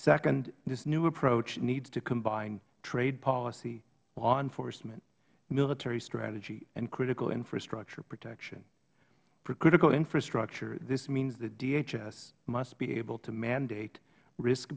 second this new approach needs to combine trade policy law enforcement military strategy and critical infrastructure protection for critical infrastructure this means that dhs must be able to mandate risk